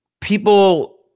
people